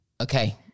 Okay